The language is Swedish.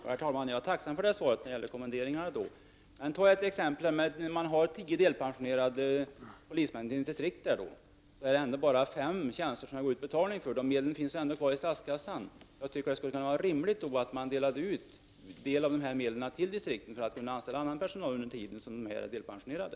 Herr talman! Jag är tacksam för svaret som gäller kommenderingarna. Men jag vill nämna ett exempel. Om ett distrikt har tio delpensionerade polismän utgår det bara betalning för fem tjänster. Det finns alltså medel kvar istatskassan. Jag tycker att det vore rimligt att en del av dessa pengar delades ut till distrikten för att de skall kunna anställa annan personal under tiden som dessa polismän är delpensionerade.